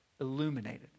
illuminated